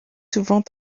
souvent